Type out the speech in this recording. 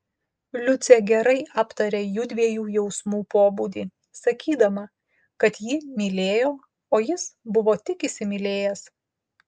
liucė gerai aptarė jųdviejų jausmų pobūdį sakydama kad ji mylėjo o jis buvo tik įsimylėjęs